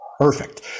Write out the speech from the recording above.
Perfect